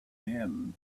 him